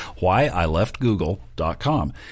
Whyileftgoogle.com